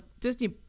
Disney